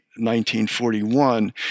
1941